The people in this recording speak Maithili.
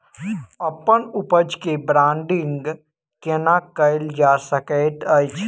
अप्पन उपज केँ ब्रांडिंग केना कैल जा सकैत अछि?